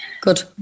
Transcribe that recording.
good